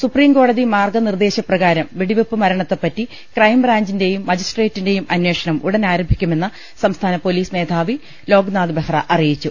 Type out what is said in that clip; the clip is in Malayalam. സുപ്രീം കോടതി മാർഗ നിർദേശ പ്രകാരം വെടിവെപ്പ് മരണത്തെ പറ്റി ക്രൈംബ്രാഞ്ചിന്റേയും മജിസ്ട്രേറ്റിന്റേയും അനേഷണം ഉടൻ ആരംഭിക്കുമെന്ന് സംസ്ഥാന പൊലീസ് മേധാവി ലോക്നാഥ് ബെഹ്റ അറിയിച്ചു